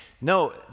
No